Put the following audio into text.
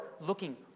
looking